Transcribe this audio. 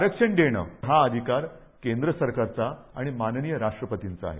आरक्षण देणं हा अधिकार केंद्र सरकारचा आणि माननीय राष्ट्रपतींचा आहे